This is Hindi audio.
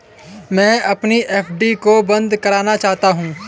मैं अपनी एफ.डी को बंद करना चाहता हूँ